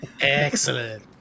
Excellent